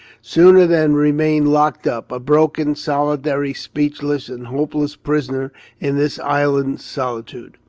sooner than remain locked up, a broken, solitary, speechless, and hopeless prisoner in this island solitude.